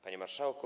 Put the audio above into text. Panie Marszałku!